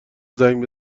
زنگ